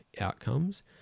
outcomes